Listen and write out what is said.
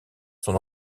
son